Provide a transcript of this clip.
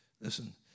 Listen